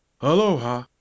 Aloha